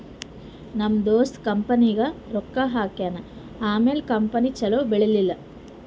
ನಮ್ ದೋಸ್ತ ಕಂಪನಿನಾಗ್ ರೊಕ್ಕಾ ಹಾಕ್ಯಾನ್ ಆಮ್ಯಾಲ ಕಂಪನಿ ಛಲೋ ಬೆಳೀಲಿಲ್ಲ